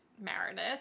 Meredith